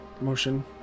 motion